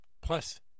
plus